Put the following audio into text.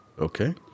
Okay